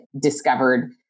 discovered